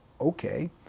okay